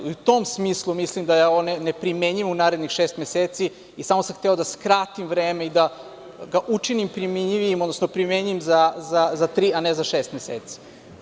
U tom smislu mislim da je ovo neprimenjivo u narednih šest meseci i samo sam hteo da skratim vreme i da ga učinim primenjivijim, odnosno primenjivim za tri, a ne za šest meseci.